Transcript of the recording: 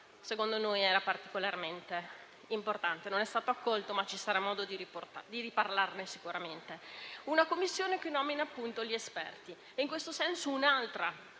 secondo noi, era particolarmente importante. Non è stato accolto, ma ci sarà modo di riparlarne sicuramente. La commissione appunto nomina gli esperti e in questo senso c'è un'altra novità